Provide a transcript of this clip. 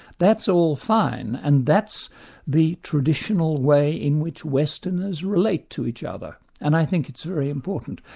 that's all fine, and that's the traditional way in which westerners relate to each other, and i think it's very important.